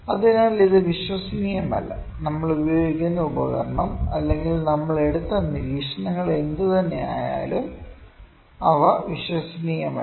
അതിനാൽ ഇത് വിശ്വസനീയമല്ല നമ്മൾ ഉപയോഗിക്കുന്ന ഉപകരണം അല്ലെങ്കിൽ നമ്മൾ എടുത്ത നിരീക്ഷണങ്ങൾ എന്തുതന്നെയായാലും അവ വിശ്വസനീയമല്ല